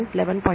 11